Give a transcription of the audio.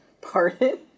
Pardon